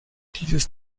dieses